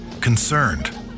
Concerned